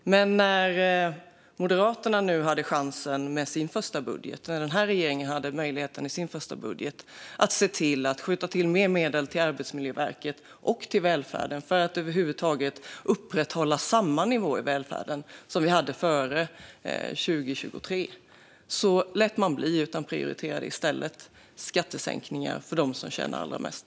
När Moderaterna och regeringen nu hade chansen att med sin första budget se till att skjuta till mer medel till Arbetsmiljöverket och välfärden för att över huvud taget upprätthålla samma nivå i välfärden som vi hade före 2023 lät man bli och prioriterade i stället skattesänkningar för dem som tjänar allra mest.